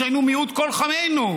שהיינו מיעוט כל חיינו,